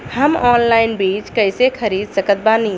हम ऑनलाइन बीज कइसे खरीद सकत बानी?